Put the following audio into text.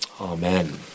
amen